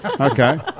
Okay